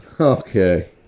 Okay